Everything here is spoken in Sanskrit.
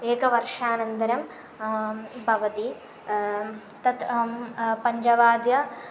एकवर्षानन्तरं भवति तत् अहं पञ्ज वाद्यं